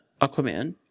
Aquaman